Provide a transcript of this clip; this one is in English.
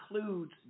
includes